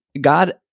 God